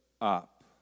up